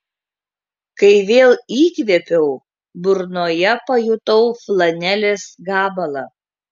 kai vėl įkvėpiau burnoje pajutau flanelės gabalą